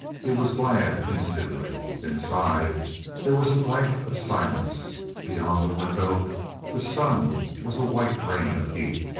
he was glad, instantly. inside there was a blanket of silence beyond the window the sun was a white rain of heat,